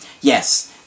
Yes